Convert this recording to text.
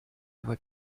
его